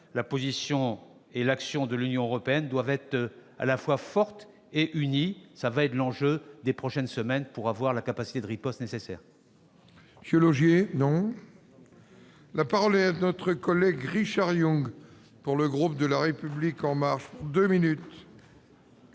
la position et l'action de l'Union européenne doivent être à la fois fortes et unies. Tel sera l'enjeu des prochaines semaines : nous doter de la capacité de riposte nécessaire.